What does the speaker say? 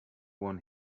one